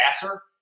passer